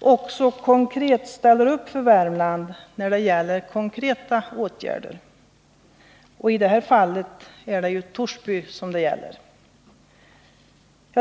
också ställer upp för Värmland när det gäller konkreta åtgärder. Och i det här fallet är det Torsby det gäller.